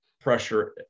pressure